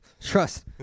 trust